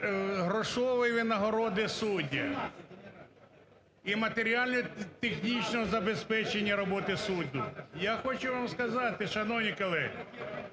грошової винагороди суддів і матеріально-технічного забезпечення роботи суддів. Я хочу вам сказати, шановні колеги,